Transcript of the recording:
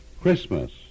Christmas